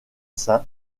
saint